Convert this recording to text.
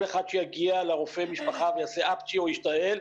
כל אחד שיגיע לרופא המשפחה ויעשה אפצ'י או ישתעל,